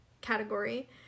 category